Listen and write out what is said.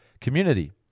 community